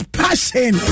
passion